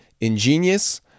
Ingenious